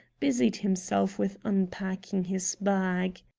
busied himself with unpacking his bag.